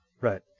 Right